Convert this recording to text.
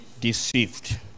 Deceived